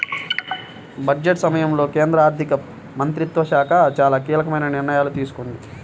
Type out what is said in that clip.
budget సమయంలో కేంద్ర ఆర్థిక మంత్రిత్వ శాఖ చాలా కీలకమైన నిర్ణయాలు తీసుకుంది